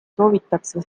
soovitakse